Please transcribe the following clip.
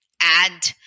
add